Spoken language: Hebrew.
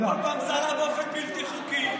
כל פעם זה עלה באופן בלתי חוקי.